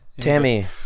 Tammy